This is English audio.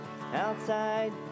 outside